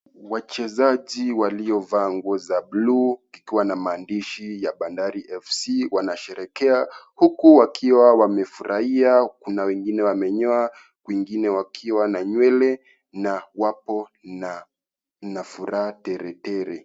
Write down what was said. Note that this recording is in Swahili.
Wachezaji waliovaa nguo za bluu kikiwa na maandishi ya Bandari FC wanasherehekea huku wakiwa wamefurahia kuna wengine wamenyoa wengine wakiwa na nywele na wapo na furaha teletele.